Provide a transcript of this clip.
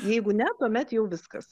jeigu ne tuomet jau viskas